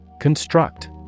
Construct